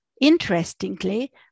interestingly